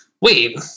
wait